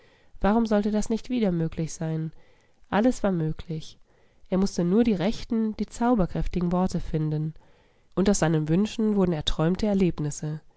warum sollte das nicht wieder möglich sein alles war möglich er mußte nur die rechten die zauberkräftigen worte finden und aus seinen wünschen wurden erträumte erlebnisse